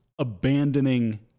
abandoning